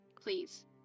Please